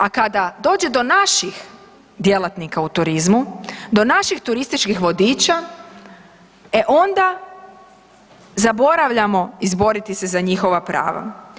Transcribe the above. A kada dođe do naših djelatnika u turizmu, do naših turističkih vodiča e onda zaboravljamo izboriti se za njihova prava.